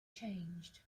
changed